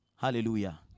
Hallelujah